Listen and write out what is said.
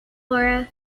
laura